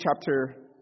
chapter